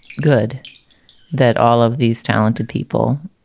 good that all of these talented people,